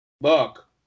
Look